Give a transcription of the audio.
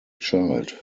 child